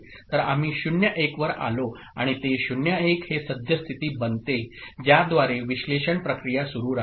तर आम्ही 0 1 वर आलो आणि ते 0 1 हे सद्य स्थिती बनते ज्याद्वारे विश्लेषण प्रक्रिया सुरू राहील